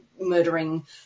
murdering